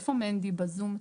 איפה מנדי בזום?